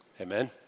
Amen